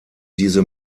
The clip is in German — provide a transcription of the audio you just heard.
diese